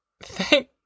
Thank